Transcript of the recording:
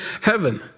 heaven